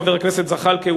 חבר הכנסת זחאלקה,